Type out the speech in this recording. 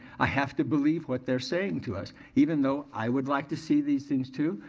i have to believe what they're saying to us even though i would like to see these things too.